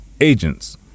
agents